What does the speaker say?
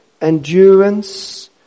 endurance